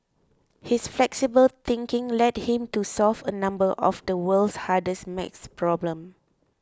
his flexible thinking led him to solve a number of the world's hardest maths problems